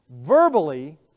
verbally